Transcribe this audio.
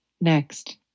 Next